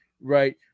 right